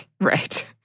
Right